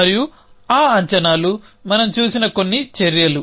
మరియు ఆ అంచనాలు మనం చూసిన కొన్ని చర్యలు